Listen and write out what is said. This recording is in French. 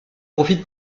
profite